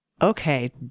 Okay